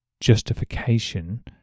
justification